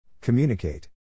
Communicate